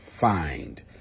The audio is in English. find